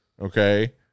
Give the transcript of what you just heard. Okay